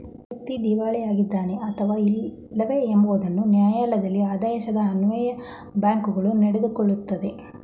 ವ್ಯಕ್ತಿ ದಿವಾಳಿ ಆಗಿದ್ದಾನೆ ಅಥವಾ ಇಲ್ಲವೇ ಎಂಬುದನ್ನು ನ್ಯಾಯಾಲಯದ ಆದೇಶದ ಅನ್ವಯ ಬ್ಯಾಂಕ್ಗಳು ನಡೆದುಕೊಳ್ಳುತ್ತದೆ